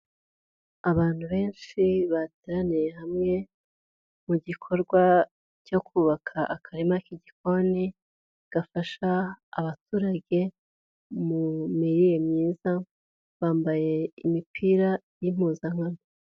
Abantu benshi bateraniye hamwe mu gikorwa cyo kubaka akarima k'igikoni gafasha abaturage mu mirire myiza, bambaye imipira y'impuzankano.